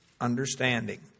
understanding